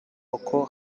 boko